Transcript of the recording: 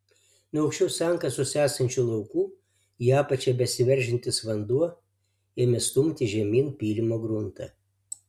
nuo aukščiau sankasos esančių laukų į apačią besiveržiantis vanduo ėmė stumti žemyn pylimo gruntą